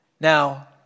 Now